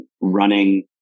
running